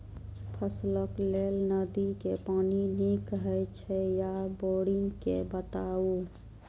फसलक लेल नदी के पानी नीक हे छै या बोरिंग के बताऊ?